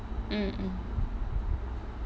mm mm